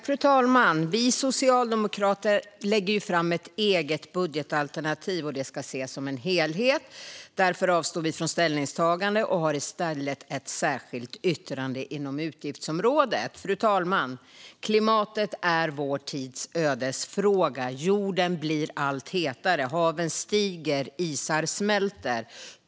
Fru talman! Vi socialdemokrater lägger fram ett eget budgetalternativ, och det ska ses som en helhet. Därför avstår vi från ställningstagande och har i stället ett särskilt yttrande inom utgiftsområdet. Fru talman! Klimatet är vår tids ödesfråga. Jorden blir allt hetare. Haven stiger, och isar smälter.